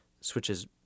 switches